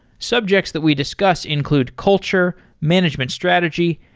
subjects that we discuss include culture, management strategy,